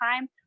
time